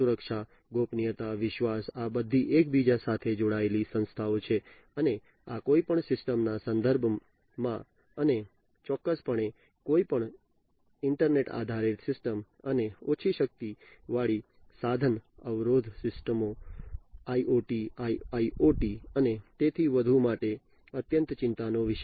સુરક્ષા ગોપનીયતા વિશ્વાસ આ બધી એકબીજા સાથે જોડાયેલી સંસ્થાઓ છે અને આ કોઈપણ સિસ્ટમ ના સંદર્ભમાં અને ચોક્કસપણે કોઈપણ ઈન્ટરનેટ આધારિત સિસ્ટમ અને ઓછી શક્તિવાળી સંસાધન અવરોધ સિસ્ટમો IoT IIoT અને તેથી વધુ માટે અત્યંત ચિંતાનો વિષય છે